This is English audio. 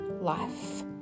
Life